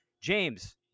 James